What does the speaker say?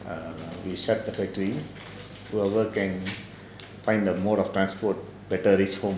err we shut the factory whoever can find the mode of transport better reach home